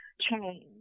change